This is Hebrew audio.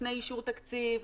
לפני אישור תקציב,